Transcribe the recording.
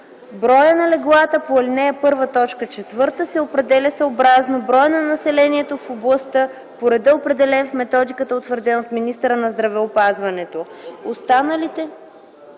броя на леглата по ал. 1, т. 4 се определя съобразно броя на населението в областта по реда, определен в методиката, утвърдена от министъра на здравеопазването.”